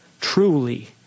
truly